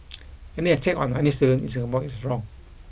any attack on any student in Singapore is wrong